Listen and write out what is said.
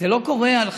זה לא קורה עם חרדים.